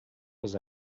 was